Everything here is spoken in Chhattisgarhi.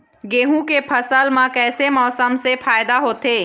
गेहूं के फसल म कइसे मौसम से फायदा होथे?